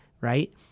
right